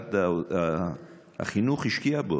שמשרד החינוך השקיע בו,